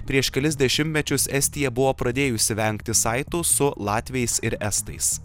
prieš kelis dešimtmečius estija buvo pradėjusi vengti saitų su latviais ir estais